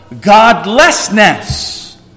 godlessness